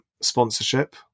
sponsorship